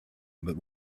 but